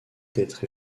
d’être